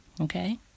okay